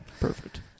Perfect